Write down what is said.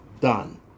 done